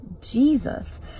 Jesus